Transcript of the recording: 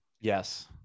yes